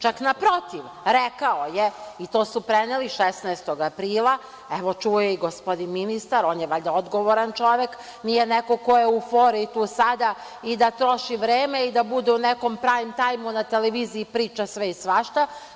Čak naprotiv, rekao je i to su preneli 16. aprila, čuo je i gospodin ministar, on je valjda odgovoran čovek, nije neko ko je u euforiji tu sada i da troši vreme i da bude u nekom prajm tajmu na televiziji, priča sve i svašta.